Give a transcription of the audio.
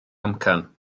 amcan